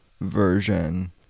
version